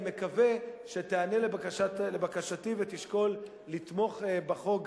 אני מקווה שתיענה לבקשה ותשקול לתמוך בחוק,